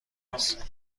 است